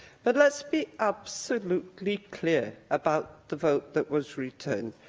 but let's be absolutely clear about the vote that was returned.